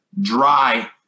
dry